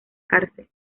cárcel